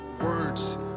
words